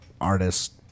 artist